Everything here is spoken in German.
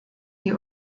die